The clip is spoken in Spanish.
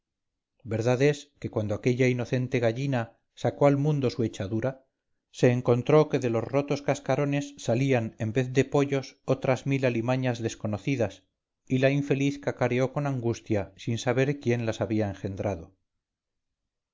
es que cuando aquella inocente gallina sacó al mundo su echadura se encontró que de los rotos cascarones salían en vez de pollos otras mil alimañas desconocidas y la infeliz cacareó con angustia sin saber quién las había engendrado